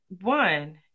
one